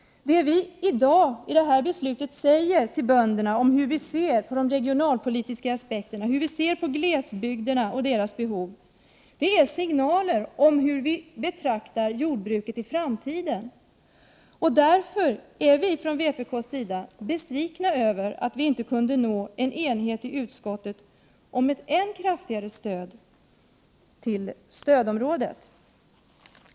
Det vi i dag, med det beslut vi fattar, säger till bönderna om hur vi ser på de regionalpolitiska aspekterna, på glesbygden och deras behov utgör signaler om hur vi betraktar jordbruket i framtiden. Därför är vi från vpk:s sida besvikna över att vi inte kunde nå enighet i utskottet om ett än kraftigare stöd till stödområdet.